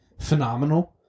phenomenal